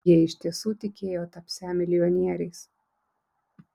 jie iš tiesų tikėjo tapsią milijonieriais